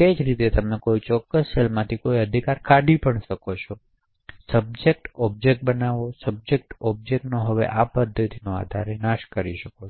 તે જ રીતે તમે કોઈ ચોક્કસ સેલમાંથી કોઈ અધિકાર કાઢી શકો છો સબજેક્ટ ઑબ્જેક્ટ બનાવો સબજેક્ટ અને ઑબ્જેક્ટનો હવે આ પદ્ધતિના આધારે નાશ કરો